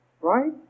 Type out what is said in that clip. Right